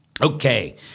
okay